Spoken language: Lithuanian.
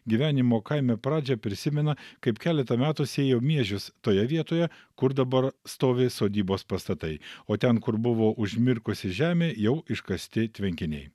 gyvenimo kaime pradžią prisimena kaip keletą metų sėjo miežius toje vietoje kur dabar stovi sodybos pastatai o ten kur buvo užmirkusi žemė jau iškasti tvenkiniai